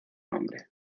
nombre